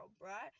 right